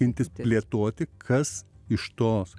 intis plėtoti kas iš tos